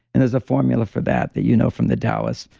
and there's a formula for that, that you know from the taoist,